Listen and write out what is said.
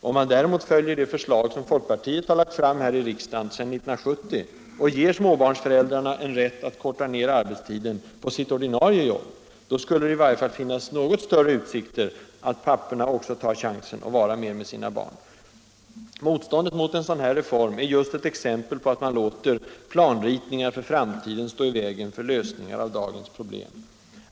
Om man däremot följer det förslag som folkpartiet har lagt fram här i riksdagen sedan 1970, och ger småbarnsföräldrarna en rätt att korta ner arbetstiden på sitt ordinarie jobb, så skulle det i varje fall finnas något större utsikter att papporna också tar chansen att vara mer tillsammans med sina barn. Motståndet mot en sådan reform är just ett exempel på att man låter planritningar för framtiden stå i vägen för lösningar av dagens problem.